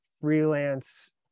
freelance